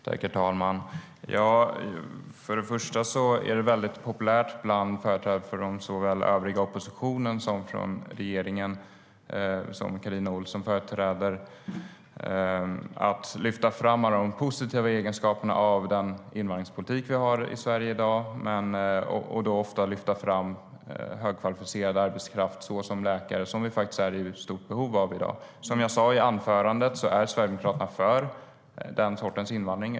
Herr talman! Till att börja med är det väldigt populärt bland företrädare för såväl övriga oppositionen som för regeringen - som Carina Ohlsson företräder - att lyfta fram alla de positiva följderna av den invandringspolitik som i dag förs i Sverige. Man lyfter också fram högkvalificerad arbetskraft såsom läkare, som vi faktiskt är i stort behov av i dag. Som jag sade i mitt anförande är Sverigedemokraterna för den sortens invandring.